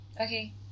Okay